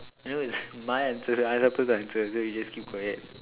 no it's my answers you are not supposed to answer so you just keep quiet